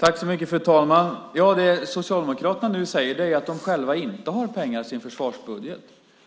Fru talman! Det Socialdemokraterna nu säger är att de själva inte har pengar i sin försvarsbudget.